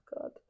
god